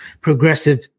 progressive